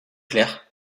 clair